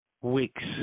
weeks